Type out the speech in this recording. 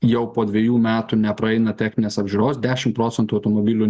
jau po dvejų metų nepraeina techninės apžiūros dešim procentų automobilių